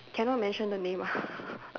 cannot mention the name ah